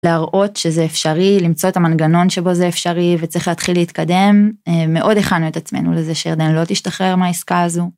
להראות שזה אפשרי למצוא את המנגנון שבו זה אפשרי וצריך להתחיל להתקדם מאוד הכנו את עצמנו לזה שירדן לא תשתחרר מהעסקה הזו.